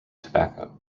tobacco